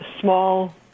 small